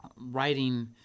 writing